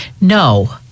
No